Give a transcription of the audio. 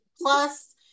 plus